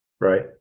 right